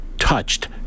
touched